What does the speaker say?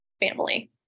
family